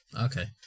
Okay